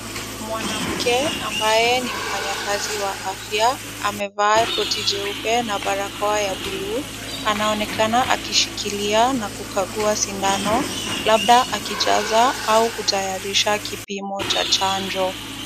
Mwanamke ambaye ni mfanyakazi wa afya, amevaa koti jeupe na barakoa ya buluu. Anaonekana akishikilia na kukagua sindano. Labda akijaza au kutayarisha kipimo cha chanjo.